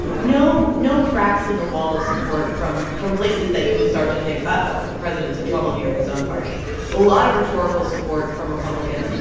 no no cracks in the wall of support from from places that you would start to think, uh-oh, the president's in trouble here in his own party a lot of rhetorical support from republicans.